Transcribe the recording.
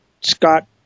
Scott